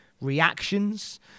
reactions